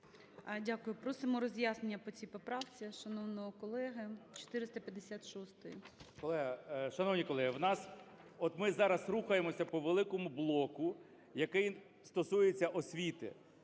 Дякую. Просимо роз'яснення по цій поправці шановного колеги, 456-ї.